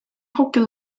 hockey